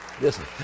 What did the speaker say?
listen